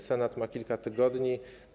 Senat ma kilka tygodni.